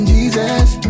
Jesus